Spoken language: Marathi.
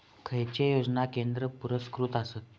खैचे योजना केंद्र पुरस्कृत आसत?